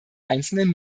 einzelnen